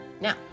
Now